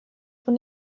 von